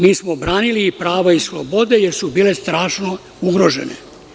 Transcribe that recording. Mi smo branili prava i slobode, jer su bile strašno ugrožene.